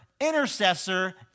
intercessor